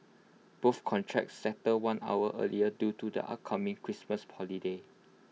both contracts settled one hour early due to the upcoming Christmas holiday